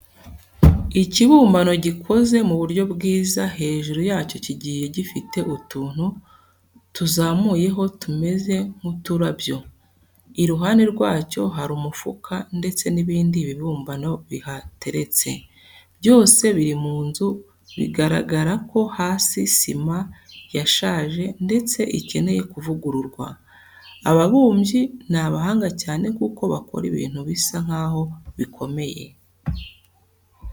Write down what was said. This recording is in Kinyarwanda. Ikibumbano gikoze mu buryo bwiza, hejuru yacyo kigiye gifite utuntu tuzamuyeho tumeze nk'uturabyo. Iruhande rwacyo hari umufuka ndetse n'ibindi bibumbano bihateretse. Byose biri mu nzu bigaragara ko hasi sima yashaje ndetse ikeneye kuvugururwa. Ababumbyi ni abahanga cyane kuko bakora ibintu bisa nkaho bikomeye.